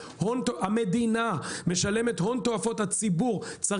המדינה משלמת הון תועפות, הציבור משלם.